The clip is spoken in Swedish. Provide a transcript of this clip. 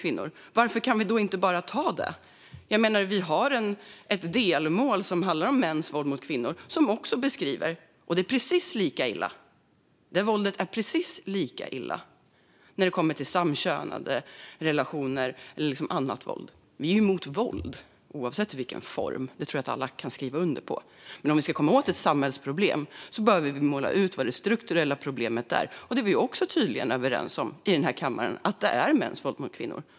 Varför kan vi inte bara ta itu med det? Vi har ett delmål som handlar om just mäns våld mot kvinnor. Det är precis lika illa med våld inom samkönade relationer - eller annat våld. Vi är emot våld oavsett form; det tror jag att alla kan skriva under på. Men om vi ska komma åt ett samhällsproblem behöver vi klargöra vad det strukturella problemet är, och här i kammaren är vi överens om att det är mäns våld mot kvinnor.